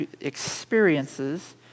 experiences